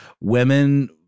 women